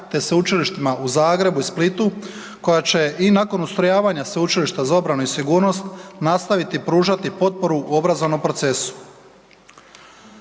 te sveučilištima u Zagrebu i Splitu koja će i nakon ustrojavanja Sveučilišta za obranu i sigurnost nastaviti pružati potporu u obrazovnom procesu.